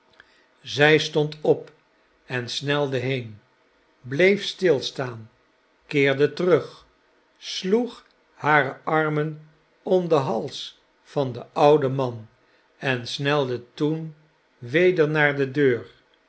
zij stond op en snelde heen bleef stilstaan keerde terug sloeg hare armen om den hals van den ouden man en snelde toen weder naar de deur